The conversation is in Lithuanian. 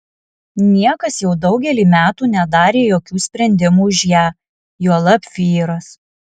niekas jau daugelį metų nedarė jokių sprendimų už ją juolab vyras